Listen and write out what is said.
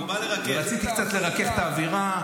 ורציתי קצת לרכך את האווירה.